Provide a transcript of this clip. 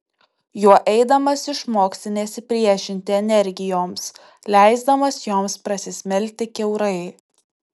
juo eidamas išmoksi nesipriešinti energijoms leisdamas joms prasismelkti kiaurai